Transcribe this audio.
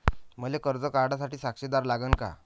मले कर्ज काढा साठी साक्षीदार लागन का?